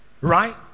right